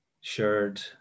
shared